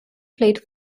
played